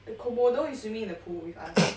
the komodo is swimming in the pool with us